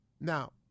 Now